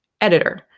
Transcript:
editor